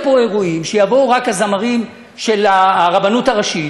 פה אירועים שיבואו רק הזמרים של הרבנות הראשית,